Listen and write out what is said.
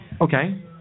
Okay